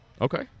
Okay